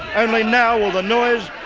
only now will the noise,